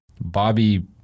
Bobby